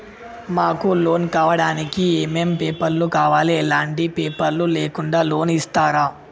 మాకు లోన్ కావడానికి ఏమేం పేపర్లు కావాలి ఎలాంటి పేపర్లు లేకుండా లోన్ ఇస్తరా?